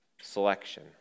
selection